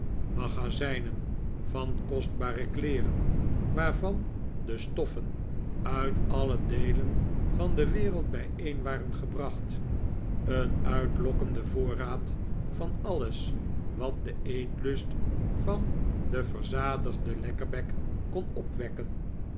magazijnen van kostbare kleeren waarvan de stoffen uit alle deelen van de wereld bijeen waren gebracht een uitlokkende voorraad van allesi wat den eetlust van den verzadigden lekkerbek kon opwekken